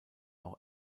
auch